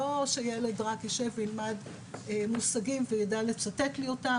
לא שילד רק יישב וילמד מושגים ויידע לצטט לי אותם,